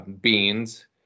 beans